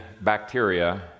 bacteria